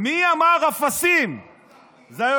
מי אמר "אפסים"?